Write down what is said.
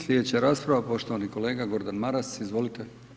Slijedeća rasprava poštovani kolega Gordan Maras, izvolite.